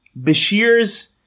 Bashir's